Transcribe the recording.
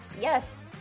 Yes